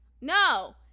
No